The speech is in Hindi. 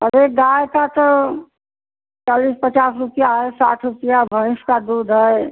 अरे गाय का तो चालीस पचास रुपया है साठ रुपया भैंस का दूध है